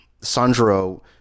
Sandro